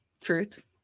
Truth